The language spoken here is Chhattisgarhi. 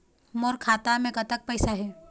मोर खाता मे कतक पैसा हे?